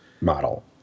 model